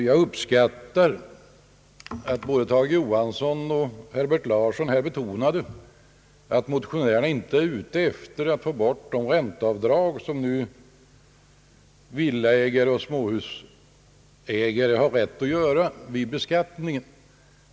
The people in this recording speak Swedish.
Jag uppskattar att både herr Tage Johansson och herr Herbert Larsson här betonade att motionärerna inte var ute efter att slopa de ränteavdrag som villaägare och småhusägare har rätt att göra vid beskattningen.